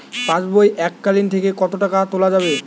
পাশবই এককালীন থেকে কত টাকা তোলা যাবে?